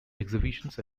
exhibitions